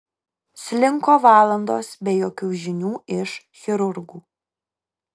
slinko valandos be jokių žinių iš chirurgų